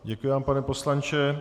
Děkuji vám, pane poslanče.